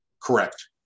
Correct